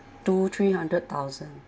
two three hundred thousand